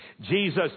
Jesus